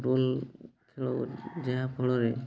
football ଖେଳ ଯାହାଫଳରେ